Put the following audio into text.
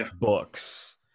books